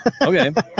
Okay